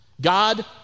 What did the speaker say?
God